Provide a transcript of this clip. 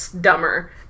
dumber